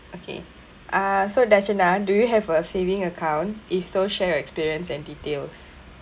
okay uh so dashana do you have a saving account if so share your experience and details